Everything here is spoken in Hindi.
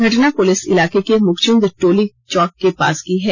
घटना चुटिया इलाके के मुकचुंद टोली चौक के पास की है